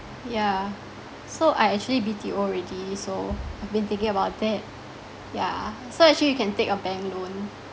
yeah so I actually B_T_O already so I've been thinking about that yeah so actually you can take a bank loan